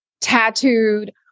tattooed